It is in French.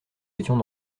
étions